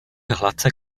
hladce